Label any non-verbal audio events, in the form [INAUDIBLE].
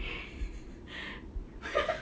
[LAUGHS]